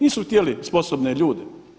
Nisu htjeli sposobne ljude.